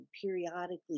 periodically